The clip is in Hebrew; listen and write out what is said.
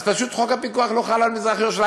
פשוט חוק הפיקוח לא חל על מזרח-ירושלים,